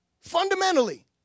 fundamentally